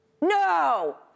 No